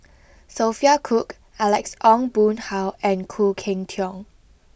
Sophia Cooke Alex Ong Boon Hau and Khoo Cheng Tiong